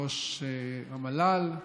ראש המל"ל,